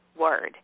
word